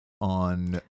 on